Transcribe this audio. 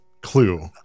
clue